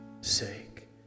sake